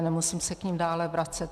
Nemusím se k nim dále vracet.